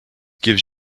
gives